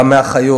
גם מהאחיות,